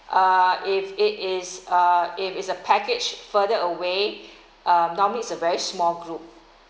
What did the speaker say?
uh if it is uh if it is a package further away uh normally is a very small group